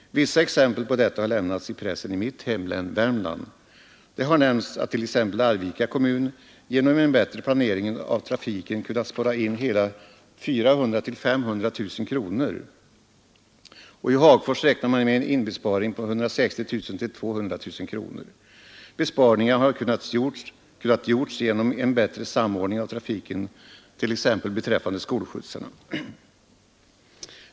Vissa exem pel på detta har lämnats i pressen i mitt hemlän, Värmland. Det har nämnts att t.ex. Arvika kommun genom en bättre planering av trafiken kunnat spara in hela 400 000-500 000 kronor. Och i Hagfors räknar man med en inbesparing på 160 000—200 000 kronor. Besparingarna har kunnat göras genom en bättre samordning av trafiken, t.ex. beträffande skolskjutsarna.